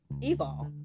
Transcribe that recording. evolve